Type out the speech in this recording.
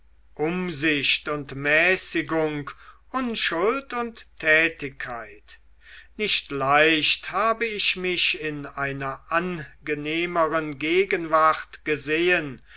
umsicht und mäßigung unschuld und tätigkeit nicht leicht habe ich mich in einer angenehmeren gegenwart gesehen